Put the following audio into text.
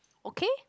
okay